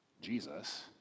Jesus